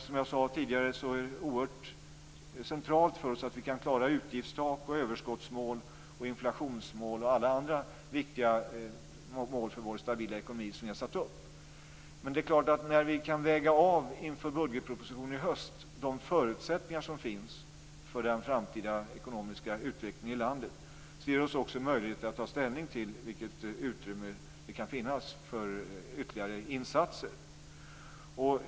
Som jag tidigare sade är det oerhört centralt för oss att vi kan klara utgiftstak, överskottsmål, inflationsmål och alla andra viktiga mål för vår stabila ekonomi som vi har satt upp. Men det är klart att när vi inför budgetpropositionen i höst kan väga av de förutsättningar som finns för den framtida ekonomiska utvecklingen i landet ger det oss också en möjlighet att ta ställning till vilket utrymme som kan finnas för ytterligare insatser.